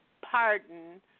pardon